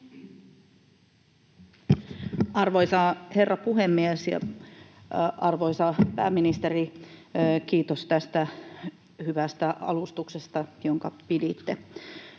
Arvoisa herra puhemies! Arvoisa pääministeri, kiitos tästä hyvästä alustuksesta, jonka piditte.